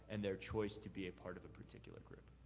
and their choice to be a part of a particular group.